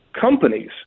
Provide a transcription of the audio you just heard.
companies